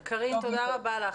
תודה רבה לך.